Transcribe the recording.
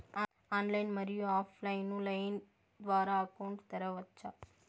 Online, మరియు offline line ద్వారా account తెరవచ్చా?